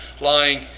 lying